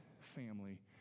family